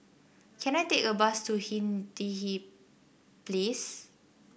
can I take a bus to Hindhede Place